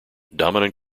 dominant